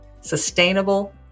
sustainable